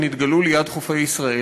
שנתגלו ליד חופי ישראל,